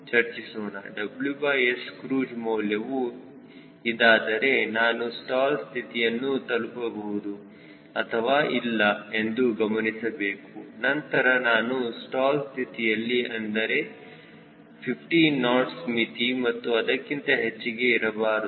WS cruise ಮೌಲ್ಯವು ಇದಾದರೆ ನಾನು ಸ್ಟಾಲ್ ಸ್ಥಿತಿಯನ್ನು ತಲುಪಬಹುದು ಅಥವಾ ಇಲ್ಲ ಎಂದು ಗಮನಿಸಬೇಕು ನಂತರ ನಾನು ಸ್ಟಾಲ್ ಸ್ಥಿತಿಯಲ್ಲಿ ಅಂದರೆ 50 ನಾಟ್ಸ್ ಮಿತಿ ಹಾಗೂ ಅದಕ್ಕಿಂತ ಹೆಚ್ಚಿಗೆ ಆಗಿರಬಾರದು